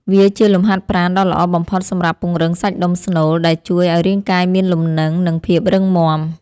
វាជាលំហាត់ប្រាណដ៏ល្អបំផុតសម្រាប់ពង្រឹងសាច់ដុំស្នូល ដែលជួយឱ្យរាងកាយមានលំនឹង និងភាពរឹងមាំ។